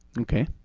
okay.